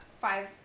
Five